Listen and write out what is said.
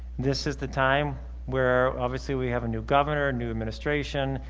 this is the time where obviously we have a new governor, new administration.